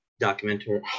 Documentary